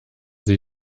sie